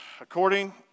according